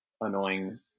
annoying